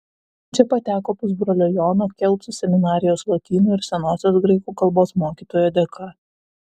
čia pateko pusbrolio jono kelcų seminarijos lotynų ir senosios graikų kalbos mokytojo dėka